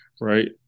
Right